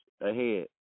ahead